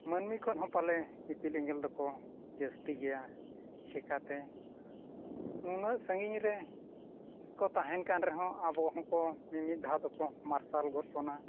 ᱢᱟᱹᱱᱢᱤ ᱠᱷᱚᱱ ᱦᱚᱸ ᱯᱟᱞᱮᱫ ᱤᱯᱤᱞ ᱮᱸᱜᱮᱞ ᱫᱚᱠᱚ ᱡᱟᱹᱥᱛᱤ ᱜᱮᱭᱟ ᱪᱤᱠᱟᱹᱛᱮ ᱱᱩᱱᱟᱹᱜ ᱥᱟᱺᱜᱤᱧ ᱨᱮᱠᱚ ᱛᱟᱦᱮᱱ ᱠᱟᱱ ᱨᱮᱦᱚᱸ ᱟᱵᱚ ᱦᱚᱸᱠᱚ ᱢᱤᱢᱤᱫ ᱫᱷᱟᱣ ᱦᱚᱸᱠᱚ ᱢᱟᱨᱥᱟᱞ ᱜᱚᱫ ᱵᱚᱱᱟ